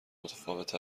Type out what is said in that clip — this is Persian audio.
متفاوت